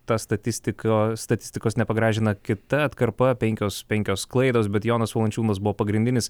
ta statistika statistikos nepagražina kita atkarpa penkios penkios klaidos bet jonas valančiūnas buvo pagrindinis